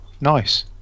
nice